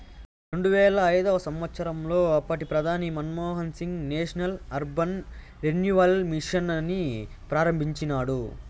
రెండువేల ఐదవ సంవచ్చరంలో అప్పటి ప్రధాని Manmohan Singh national urban renewal mission ని ఆరంభించినాడు